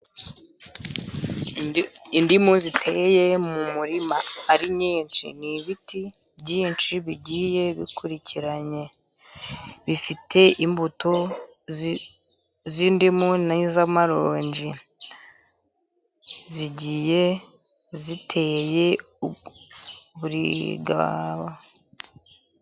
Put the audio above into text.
Indimu ziteye mu murima ari nyinshi. Ni ibiti byinshi bigiye bikurikiranye. Bifite imbuto z'indimu n'iz'amaronji. Zigiye ziteye,..